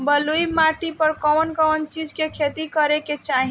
बलुई माटी पर कउन कउन चिज के खेती करे के चाही?